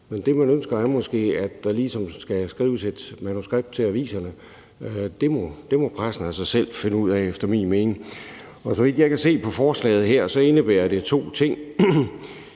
men det, man ønsker, er måske, at der ligesom skal skrives et manuskript til aviserne. Det må pressen altså selv finde ud af efter min mening. Så vidt jeg kan se på forslaget her, ønsker man to ting.